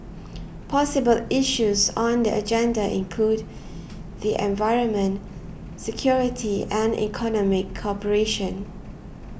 possible issues on the agenda include the environment security and economic cooperation